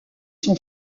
son